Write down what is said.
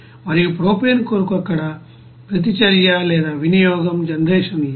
మరియు ప్రొపేన్ కొరకు అక్కడ ఎలాంటి ప్రతిచర్య లేదా వినియోగం లేదా జనరేషన్ లేదు